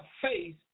faith